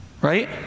Right